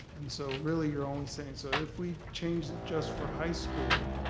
and so really you're only saying, so if we change it just for high school,